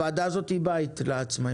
והוועדה הזאת היא בית לעצמאים.